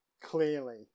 clearly